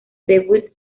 debut